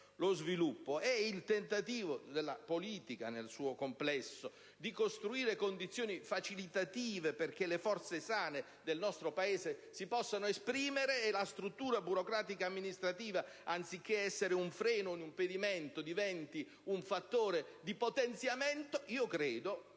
lo sviluppo è il tentativo della politica nel suo complesso di costruire condizioni facilitative perché le forze sane del nostro Paese si possano esprimere e la struttura burocratico-amministrativa anziché essere un freno e un impedimento diventi un fattore di potenziamento, credo